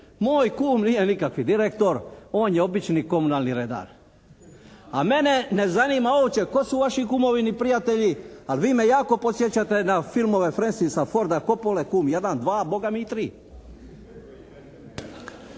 Moj kum nije nikakvi direktor. On je obični komunalni redar. A mene ne zanima uopće tko su vaši kumovi ni prijatelji, ali vi me jako podsjećate na filmove Francisa Forda Copule Kum I, II, a Boga mi i